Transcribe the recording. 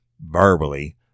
verbally